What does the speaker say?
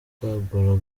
kwagura